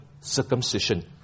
circumcision